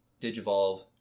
Digivolve